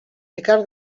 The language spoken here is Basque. ekar